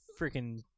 freaking